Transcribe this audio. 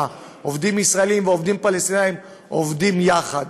עובדים ישראלים ועובדים פלסטינים יחד.